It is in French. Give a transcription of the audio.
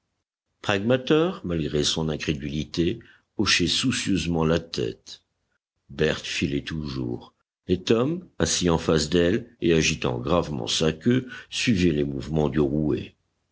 pragmater malgré son incrédulité hochait soucieusement la tête berthe filait toujours et tom assis en face d'elle et agitant gravement sa queue suivait les mouvements du rouet